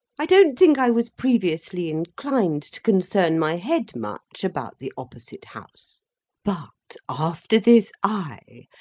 i don't think i was previously inclined to concern my head much about the opposite house but, after this eye,